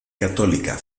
católica